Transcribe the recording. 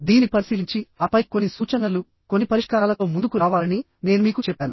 దీన్ని పరిశీలించి ఆపై కొన్ని సూచనలు కొన్ని పరిష్కారాలతో ముందుకు రావాలని నేను మీకు చెప్పాను